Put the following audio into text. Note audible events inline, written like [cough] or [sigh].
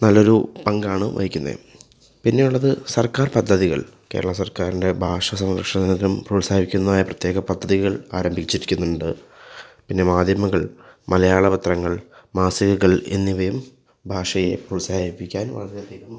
നല്ലൊരു പങ്കാണ് വഹിക്കുന്നത് പിന്നെയുള്ളത് സർക്കാർ പദ്ധതികൾ കേരള സർക്കാരിൻ്റെ ഭാഷ സംരക്ഷിക്കാനും പ്രോത്സാഹിപ്പിക്കുന്നതായ പ്രത്യേക പദ്ധതികൾ ആരംഭിച്ചിരിക്കുന്നുണ്ട് പിന്നെ മാധ്യമങ്ങൾ മലയാള പത്രങ്ങൾ മാസികകൾ എന്നിവയും ഭാഷയെ പ്രോത്സാഹിപ്പിക്കാൻ വളരെയധികം [unintelligible]